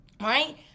right